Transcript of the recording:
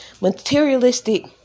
materialistic